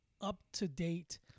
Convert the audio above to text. up-to-date